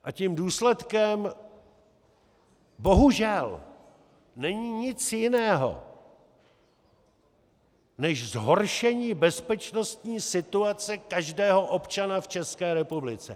A tím důsledkem bohužel není nic jiného než zhoršení bezpečnostní situace každého občana v České republice.